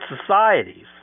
societies